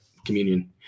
Communion